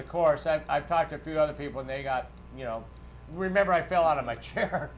the course i've talked to a few other people and they got you know remember i fell out of my chair